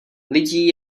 lidí